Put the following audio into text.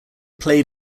played